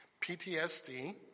PTSD